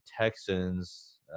Texans